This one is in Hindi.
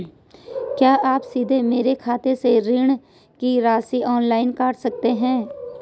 क्या आप सीधे मेरे खाते से ऋण की राशि ऑनलाइन काट सकते हैं?